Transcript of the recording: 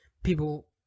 People